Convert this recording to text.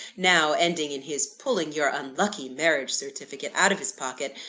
now, ending in his pulling your unlucky marriage-certificate out of his pocket,